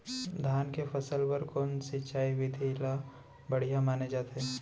धान के फसल बर कोन सिंचाई विधि ला बढ़िया माने जाथे?